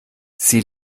sie